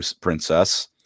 princess